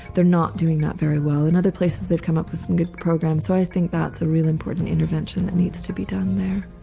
they're not doing that very well. in other places they've come up with some good programs, so i think that's a real important intervention that needs to be done there.